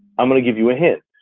i'm gonna give you a hint,